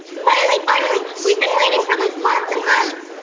finally, finally we've been waiting for this months and months!